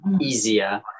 easier